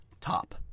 top